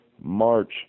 March